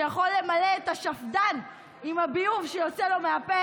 שיכול למלא את השפד"ן עם הביוב שיוצא לו מהפה